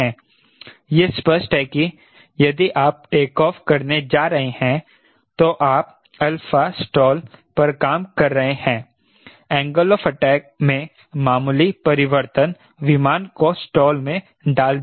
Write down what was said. यह स्पष्ट है कि यदि आप टेक ऑफ करने जा रहे हैं तो आप अल्फा स्टाल पर काम कर रहे हैं एंगल ऑफ अटैक में मामूली परिवर्तन विमान को स्टाल में डाल देगा